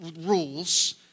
rules